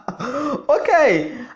okay